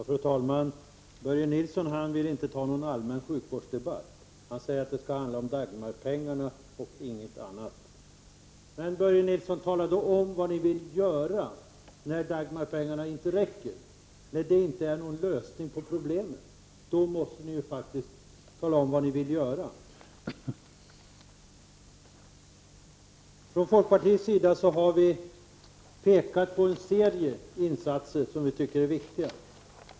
Fru talman! Börje Nilsson vill inte föra någon allmän sjukvårdsdebatt. Han säger att denna debatt skall handla om Dagmarpengarna och ingenting annat. Men, Börje Nilsson, tala då om vad socialdemokraterna vill göra när Dagmarpengarna inte räcker och när det inte finns någon lösning på problemet. Vi har från folkpartiet pekat på en serie insatser som vi anser är viktiga.